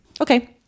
Okay